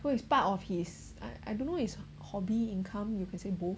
so is part of his I I don't know his hobby income you can say both